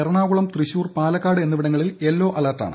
എറണാകുളം തൃശൂർ പാലക്കാട് എന്നിവിടങ്ങളിൽ എല്ലോ അലേർട്ടാണ്